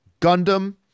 gundam